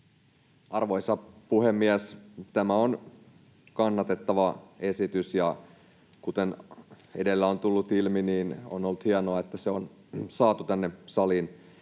Arvoisa puhemies! Tämä on kannatettava esitys, ja kuten edellä on tullut ilmi, on ollut hienoa, että se on saatu tänne saliin